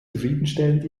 zufriedenstellend